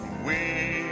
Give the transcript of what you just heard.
we